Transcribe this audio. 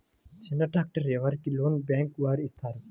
చిన్న ట్రాక్టర్ ఎవరికి లోన్గా బ్యాంక్ వారు ఇస్తారు?